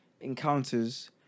encounters